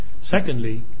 Secondly